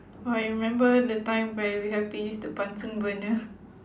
oh I remember the time where we have to use the bunsen burner